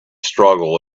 struggle